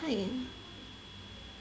what you mean